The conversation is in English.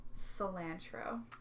cilantro